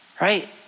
right